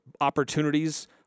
opportunities